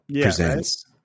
presents